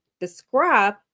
describe